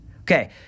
Okay